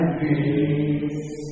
peace